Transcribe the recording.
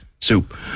soup